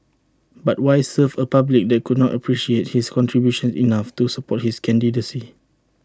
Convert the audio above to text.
but why serve A public that could not appreciate his contributions enough to support his candidacy